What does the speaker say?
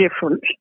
different